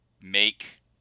make